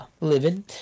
living